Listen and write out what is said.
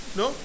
no